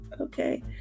okay